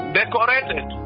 decorated